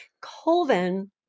colvin